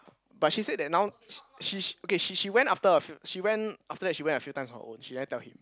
but she said that now she she okay she she went after a few she went after that she went a few times on her own she never tell him